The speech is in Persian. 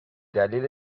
دلیل